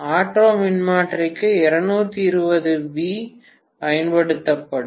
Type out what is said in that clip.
auto மின்மாற்றிக்கு 220 V பயன்படுத்தப்படும்